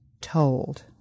told